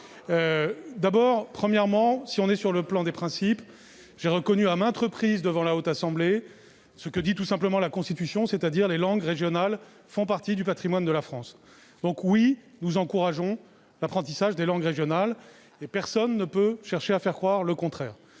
En effet, du point de vue des principes, j'ai reconnu à maintes reprises devant la Haute Assemblée ce que dit tout simplement la Constitution : les langues régionales font partie du patrimoine de la France. Oui, nous encourageons l'apprentissage des langues régionales ; personne ne peut chercher à faire croire le contraire.